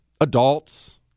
adults